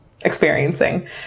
experiencing